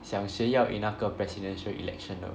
想学要赢那个 presidential election 呢